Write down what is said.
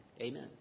Amen